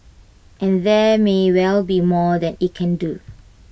and there may well be more that IT can do